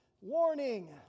Warning